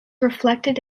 reflected